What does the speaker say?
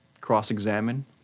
cross-examine